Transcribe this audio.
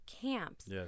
Camps